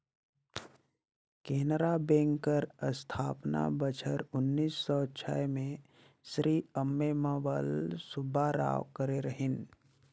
Canara Bank कर अस्थापना बछर उन्नीस सव छय में श्री अम्मेम्बल सुब्बाराव करे रहिन